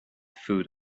food